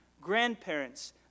grandparents